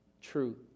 truth